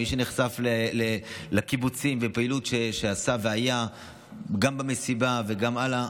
מי שנחשף לקיבוצים והפעילות שעשה והיה גם במסיבה והלאה,